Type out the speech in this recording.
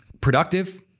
productive